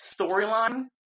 storyline